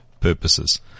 purposes